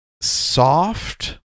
soft